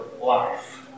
life